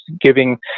giving